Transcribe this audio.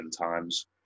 times